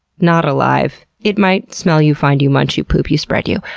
not alive, it might smell you, find you, munch you, poop you, spread you.